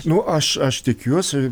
nu aš aš tikiuosi